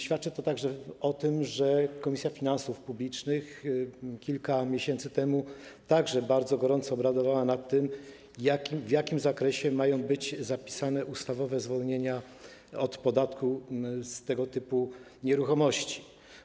Świadczy o tym także to, że Komisja Finansów Publicznych kilka miesięcy temu bardzo gorąco obradowała nad tym, w jakim zakresie mają być zapisane ustawowe zwolnienia z podatku tego typu nieruchomości.